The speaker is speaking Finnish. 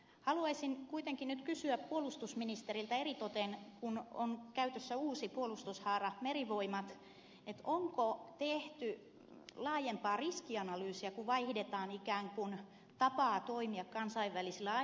haluaisin nyt kuitenkin kysyä puolustusministeriltä eritoten kun on käytössä uusi puolustushaara merivoimat onko tehty laajempaa riskianalyysiä kun vaihdetaan ikään kuin tapaa toimia kansainvälisillä areenoilla